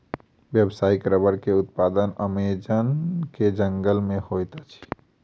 व्यावसायिक रबड़ के उत्पादन अमेज़न के जंगल में होइत अछि